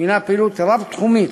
הנה פעילות רב-תחומית,